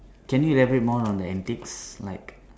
can you elaborate more on the antics like